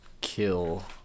kill